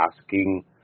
asking